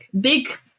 big